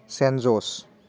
chant जस